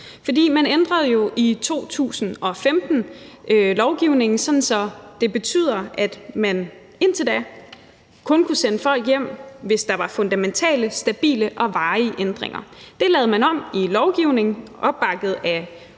For man ændrede jo i 2015 lovgivningen, og indtil da kunne man kun sende folk hjem, hvis der var fundamentale, stabile og varige ændringer. Det lavede man om i lovgivningen, bakket op af